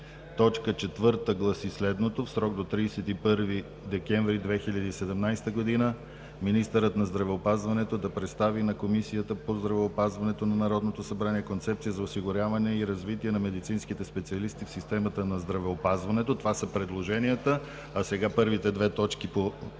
Точка 4 гласи следното: „4. В срок до 31 декември 2017 г. министърът на здравеопазването да представи на Комисията по здравеопазването на Народното събрание концепция за осигуряване и развитие на медицинските специалисти в системата на здравеопазването.“ Това са предложенията. Гласуваме първо създаването на точки